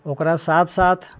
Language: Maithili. ओकरा साथ साथ